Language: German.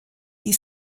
die